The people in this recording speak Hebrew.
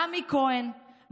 רמי כהן,